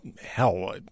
hell